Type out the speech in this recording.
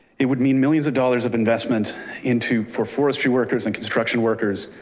it would mean millions of dollars of investment into for forestry workers and construction workers.